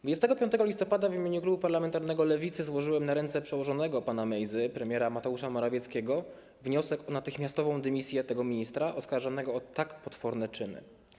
25 listopada w imieniu Klubu Parlamentarnego Lewicy złożyłem na ręce przełożonego pana Mejzy premiera Mateusza Morawieckiego wniosek o natychmiastową dymisję tego ministra oskarżonego o tak potworne czyny.